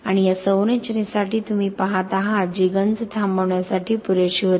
आणि या संरचनेसाठी तुम्ही पहात आहात जी गंज थांबवण्यासाठी पुरेशी होती